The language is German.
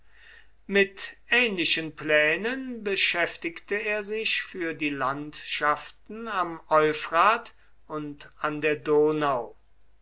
mit ähnlichen plänen beschäftigte er sich für die landschaften am euphrat und an der donau